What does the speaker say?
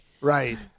Right